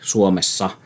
Suomessa